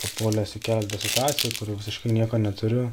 papuolęs į keblią situaciją visiškai nieko neturiu